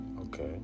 Okay